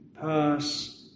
pass